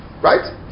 Right